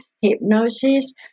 hypnosis